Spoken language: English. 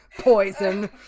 poison